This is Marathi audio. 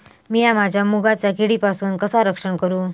मीया माझ्या मुगाचा किडीपासून कसा रक्षण करू?